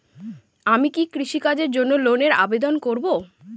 আমি কি কৃষিকাজের জন্য লোনের আবেদন করব?